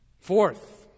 Fourth